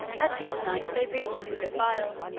at midnight they reached the defile.